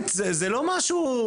שתמחיש את